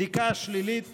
בדיקה שלילית